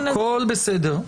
הכול בסדר.